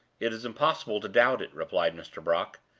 it is impossible to doubt it, replied mr. brock.